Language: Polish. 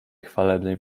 chwalebnej